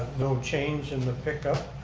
no change in the pick up.